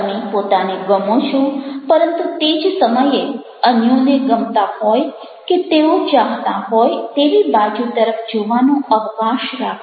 તમે પોતાને ગમો છો પરંતુ તે જ સમયે અન્યોને ગમતા હોય કે તેઓ ચાહતા હોય તેવી બાજુ તરફ જોવાનો અવકાશ રાખો